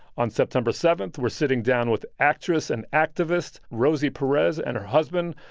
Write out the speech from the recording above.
on september seven, we're sitting down with actress and activist rosie perez and her husband,